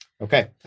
Okay